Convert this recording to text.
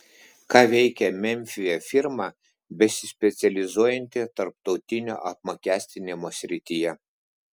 ką veikia memfyje firma besispecializuojanti tarptautinio apmokestinimo srityje